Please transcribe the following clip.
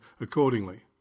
accordingly